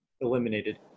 eliminated